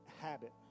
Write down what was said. habit